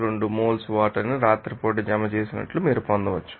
012 moles water ని రాత్రిపూట జమ చేసినట్లు మీరు పొందవచ్చు